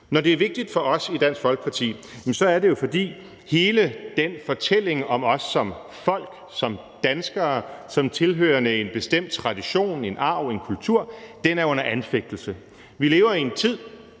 Når det er vigtigt for os i Dansk Folkeparti, er det jo, fordi hele den fortælling om os som folk, som danskere, som tilhørende en bestemt tradition, en arv, en kultur, bliver anfægtet. Vi lever i en tid,